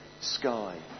sky